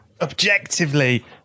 objectively